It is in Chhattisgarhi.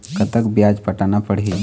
कतका ब्याज पटाना पड़ही?